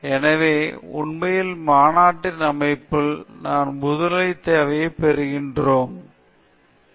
எனவே உண்மையில் மாநாட்டின் அமைப்பில் நாம் முதன்மையான தேவையைப் பெற்றிருக்கிறோம் எவ்வளவு பெரியவர்கள் நாம் ஒரு மேடையில் கொண்டு வர முடியும் பின்னர் பார்வையாளர்களை மீட்க முடியும்